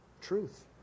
truth